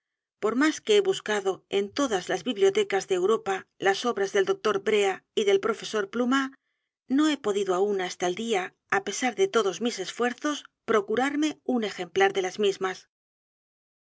r más que be buscado en todas las bibliotecas de europa lasobras del doctor brea y del profesor pluma no be podido aún hasta el día á pesar de todos mis esfuerzos procurarme un ejemplar de las mismas